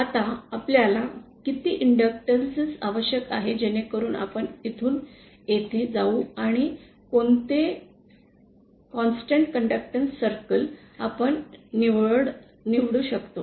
आता आपल्याला किती इंडक्टॅन्स आवश्यक आहे जेणेकरून आपण येथून येथ जाऊ आणि कोणते निरंतर प्रवाह वर्तुळ आपण निवड शकतो